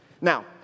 Now